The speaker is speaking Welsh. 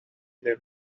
ddim